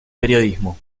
periodismo